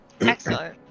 Excellent